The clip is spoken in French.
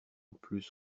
plus